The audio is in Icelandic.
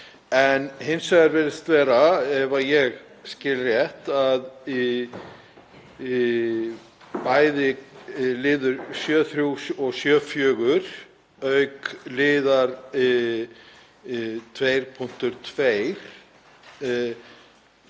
En hins vegar virðist vera, ef ég skil rétt, að bæði liður 7.3 og 7.4 auk liðar 2.2